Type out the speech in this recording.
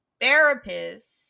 therapist